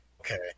Okay